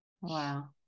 Wow